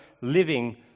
living